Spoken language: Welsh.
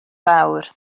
fawr